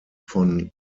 von